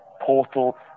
portal